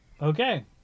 Okay